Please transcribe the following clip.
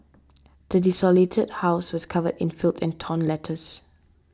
the desolated house was covered in filth and torn letters